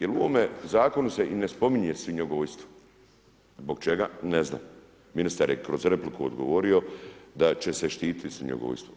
Jer u ovome zakonu i ne spominje svinjogojstvo, zbog čega, ne znam. ministar je kroz repliku odgovorio da će se štititi svinjogojstvo.